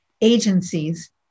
agencies